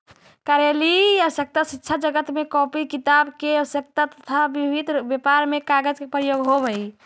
कार्यालयीय आवश्यकता, शिक्षाजगत में कॉपी किताब के आवश्यकता, तथा विभिन्न व्यापार में कागज के प्रयोग होवऽ हई